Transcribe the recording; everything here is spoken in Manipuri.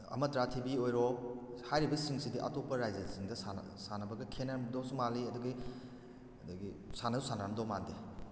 ꯑꯃ ꯇꯔꯥ ꯊꯤꯕꯤ ꯑꯣꯏꯔꯣ ꯍꯥꯏꯔꯤꯕꯁꯤꯡꯁꯤꯗꯤ ꯑꯇꯣꯞꯄ ꯔꯥꯖ꯭ꯌꯁꯤꯡꯗ ꯁꯥꯟꯅ ꯁꯥꯟꯅꯕꯒ ꯈꯦꯠꯅꯔꯝꯗꯣꯕꯁꯨ ꯃꯥꯜꯂꯤ ꯑꯗꯨꯗꯒꯤ ꯑꯗꯨꯗꯒꯤ ꯁꯥꯅꯁꯨ ꯁꯥꯟꯅꯔꯝꯗꯧꯕ ꯃꯥꯟꯗꯦ